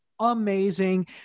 amazing